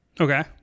Okay